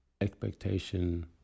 expectation